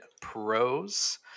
Pros